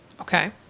Okay